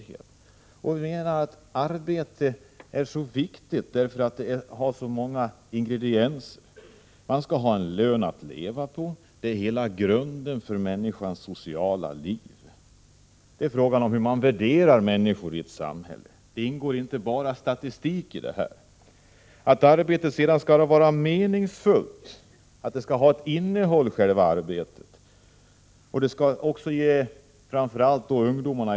Arbetet är så viktigt därför att det innehåller många ingredienser. Det ger inte bara en lön att leva på, utan det är grunden för människans sociala liv. Det är fråga om hur man värderar människorna i ett samhälle, och i den värderingen ingår inte bara statistik. Arbetet skall också vara meningsfullt. Det skall alltså ha ett innehåll. Framför allt ungdomarna skall genom arbetet få en meningsfull samvaro med andra.